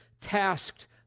tasked